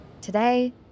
Today